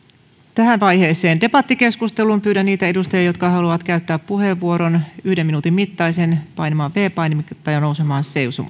tähän vaiheeseen debattikeskustelun pyydän niitä edustajia jotka haluavat käyttää yhden minuutin mittaisen puheenvuoron painamaan viides painiketta ja nousemaan